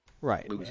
Right